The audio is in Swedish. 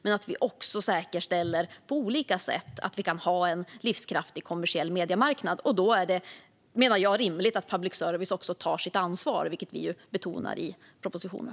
Vi ska också på olika sätt säkerställa att vi kan ha en livskraftig kommersiell mediemarknad. Då menar jag att det är rimligt att public service också tar sitt ansvar, vilket vi betonar i propositionen.